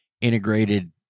integrated